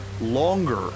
longer